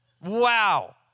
wow